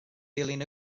dilyn